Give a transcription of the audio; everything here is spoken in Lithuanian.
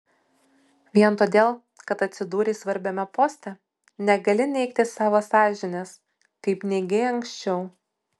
vien todėl kad atsidūrei svarbiame poste negali neigti savo sąžinės kaip neigei anksčiau